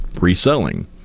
reselling